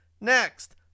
Next